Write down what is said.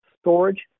storage